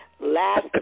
last